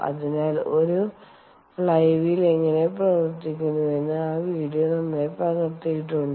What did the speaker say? അതിനാൽ ഒരു flywheel എങ്ങനെ പ്രവർത്തിക്കുന്നുവെന്ന് ആ വീഡിയോ നന്നായി പകർത്തിയിട്ടുണ്ട്